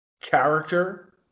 character